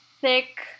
thick